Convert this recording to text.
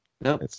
No